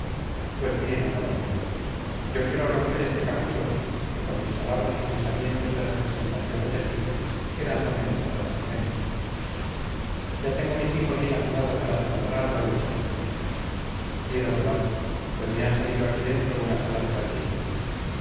pues bien amada mía yo quiero romper este capullo que con mis palabras y pensamientos de representación he tejido quedándome encerrada en él ya tengo mi pico bien afilado para taladrarlo y echarme fuera quiero volar pues me han salido aquí dentro unas alas grandísimas